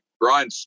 Brian